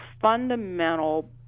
fundamental